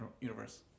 universe